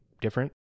different